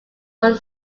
one